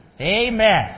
Amen